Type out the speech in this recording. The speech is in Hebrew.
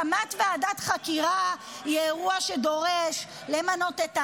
הקמת ועדת חקירה היא אירוע שדורש למנות את האנשים,